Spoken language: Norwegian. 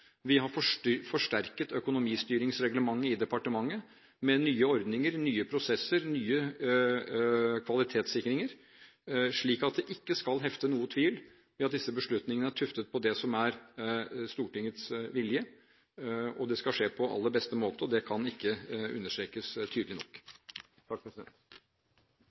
Vi har forsterket økonomistyringsreglementet i departementet med nye ordninger, nye prosesser, nye kvalitetssikringer, slik at det ikke skal hefte noen tvil om at disse beslutningene er tuftet på det som er Stortingets vilje, og at det skal skje på aller beste måte. Det kan ikke understrekes tydelig nok.